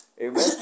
Amen